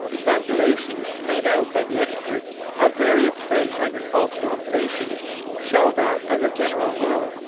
calculations made out by the experts of various state agricultural stations show that, as a general rule,